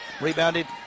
Rebounded